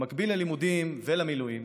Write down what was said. במקביל ללימודים ולמילואים